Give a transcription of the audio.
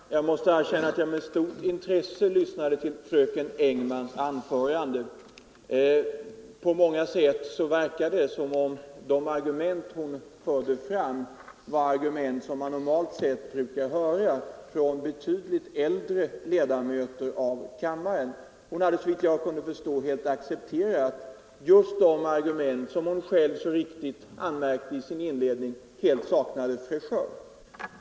Herr talman! Jag måste erkänna att jag med stort intresse lyssnade till fröken Engmans anförande. På många sätt verkar det som om de argument hon förde fram var sådana som man normalt sett brukar höra från betydligt äldre ledamöter av kammaren. Hon hade, såvitt jag kunde förstå, helt accepterat just de argument som — vilket hon själv så riktigt anmärkte i sin inledning — helt saknar fräschör.